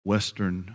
Western